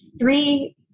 three